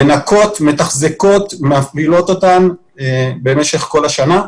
הן מנקות, מתחזקות ומפעילות אותם במשך כל השנה.